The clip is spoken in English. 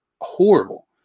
horrible